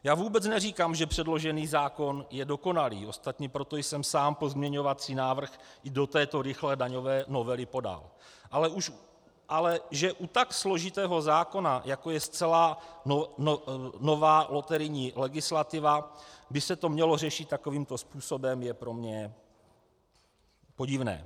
Já vůbec neříkám, že předložený zákon je dokonalý, ostatně proto jsem sám pozměňovací návrh do této rychlé daňové novely podal, ale že u tak složitého zákona, jako je zcela nová loterijní legislativa, by se to mělo řešit takovýmto způsobem, je pro mne podivné.